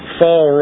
fall